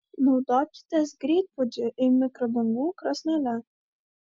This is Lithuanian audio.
naudokitės greitpuodžiu ir mikrobangų krosnele